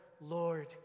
Lord